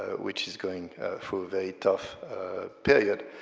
ah which is going through a very tough period.